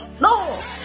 No